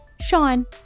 Sean